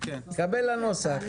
הנוסח.